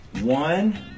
One